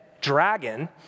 dragon